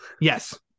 Yes